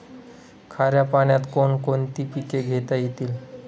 खाऱ्या पाण्यात कोण कोणती पिके घेता येतील?